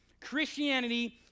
Christianity